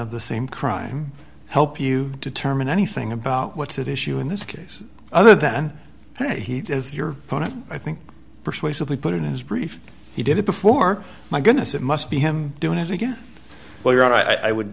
of the same crime help you determine anything about what's at issue in this case other than he is your opponent i think persuasively put it in his brief he did it before my goodness it must be him doing it again well you're right i would